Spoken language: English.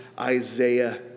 Isaiah